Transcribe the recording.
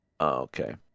Okay